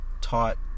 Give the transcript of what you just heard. taught